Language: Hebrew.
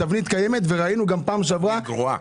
התבנית גרועה.